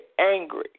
angry